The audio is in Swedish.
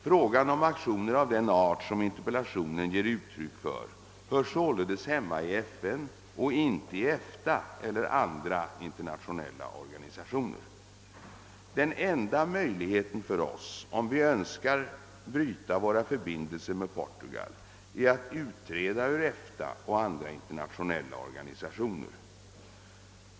Frågan om aktioner av den art som interpellationen ger uttryck för hör således hemma i FN och inte i EFTA eller andra internationella organisationer. Den enda möjligheten för oss, om vi önskar bryta våra förbindelser med Portugal, är att utträda ur EFTA och andra internationella organisationer.